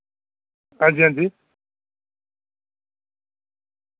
हां जी हां जी